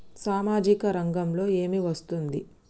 సామాజిక రంగంలో ఏమి వస్తుంది?